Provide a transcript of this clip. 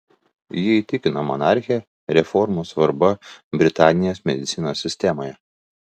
ji įtikino monarchę reformų svarba britanijos medicinos sistemoje